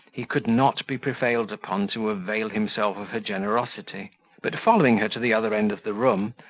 he could not be prevailed upon to avail himself of her generosity but following her to the other end of the room,